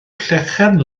llechen